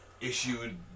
issued